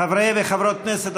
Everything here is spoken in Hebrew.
חברי וחברות הכנסת,